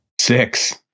Six